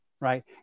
right